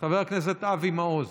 חבר הכנסת אבי מעוז,